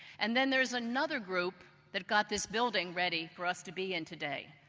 and then there's another group that got this building ready for us to be in today.